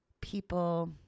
people